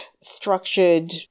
structured